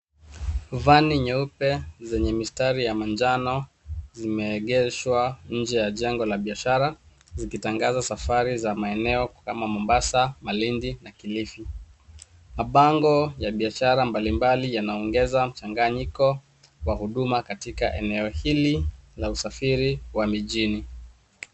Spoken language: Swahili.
Van nyeupe zenye mistari ya manjano zimeegeshwa nje ya jengo la biashara zikitangaza safari za maeneo kama Mombasa, Malindi na Kilifi. Mabango ya biashara mbalimbali yanaongeza mchanganyiko wa huduma katika eneo hili la usafiri wa mijini.